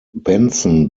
benson